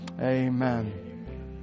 Amen